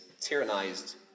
tyrannized